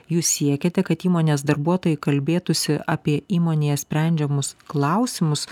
jūs siekiate kad įmonės darbuotojai kalbėtųsi apie įmonėje sprendžiamus klausimus